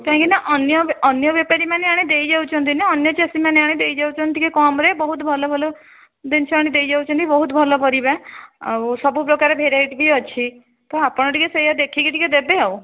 କାହିଁକିନା ଅନ୍ୟ ଅନ୍ୟ ବେପାରୀ ମାନେ ଆଣି ଦେଇଯାଉଛନ୍ତି ନା ଅନ୍ୟ ଚାଷୀମାନେ ଆଣି ଦେଇଯାଉଛନ୍ତି ଟିକିଏ କମ୍ ରେ ବହୁତ ଭଲ ଭଲ ଜିନିଷ ଆଣି କି ଦେଇଯାଉଛନ୍ତି ବହୁତ ଭଲ ପରିବା ଆଉ ସବୁ ପ୍ରକାର ଭେରାଇଟି ବି ଅଛି ତ ଆପଣ ଟିକିଏ ସେଇଆ ଦେଖିକି ଟିକିଏ ଦେବେ ଆଉ